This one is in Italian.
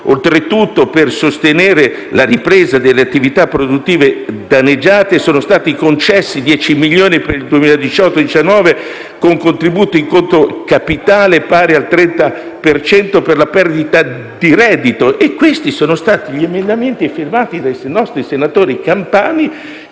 Oltretutto, per sostenere la ripresa delle attività produttive danneggiate, sono stati concessi 10 milioni per il 2018‑2019, con contributo in conto capitale pari al 30 per cento della perdita di reddito. Questo è stato possibile grazie a emendamenti firmati dai nostri senatori campani